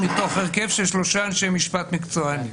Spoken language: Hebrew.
מתוך הרכב של שלושה אנשי משפט מקצוענים.